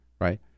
right